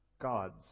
gods